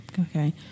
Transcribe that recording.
Okay